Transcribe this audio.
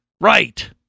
Right